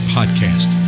Podcast